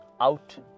out